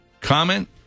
comment